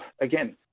Again